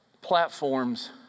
platforms